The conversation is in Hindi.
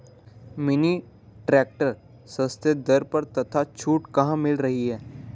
मिनी ट्रैक्टर सस्ते दर पर तथा छूट कहाँ मिल रही है?